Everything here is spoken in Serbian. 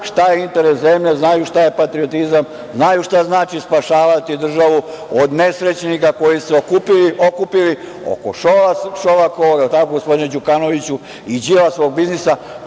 šta je interes zemlje, znaju šta je patriotizam, znaju šta znači spašavati državu od nesrećnika koji su se okupili oko Šolakovog, je li tako, gospodine Đukanoviću, i Đilasovog biznisa.